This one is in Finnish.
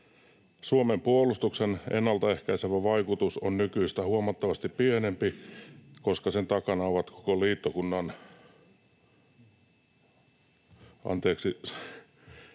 Suomen puolustuksen ennaltaehkäisevä vaikutus on nykyistä huomattavasti suurempi, koska sen takana ovat koko liittokunnan suorituskyvyt.”